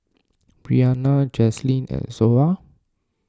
Breanna Jazlyn and Zoa